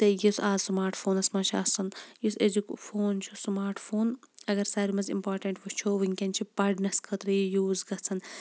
تہٕ یُس اَز سماٹ فونَس مَنٛز چھُ آسان یُس أزیُک فون چھُ سماٹ فون اَگَر سارِوٕے مَنٛز اِمپاٹَنٹ وُچھو وُنکیٚن چھُ پَرنَس خٲطرٕ یہِ یوٗز گَژھان